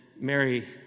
Mary